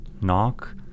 knock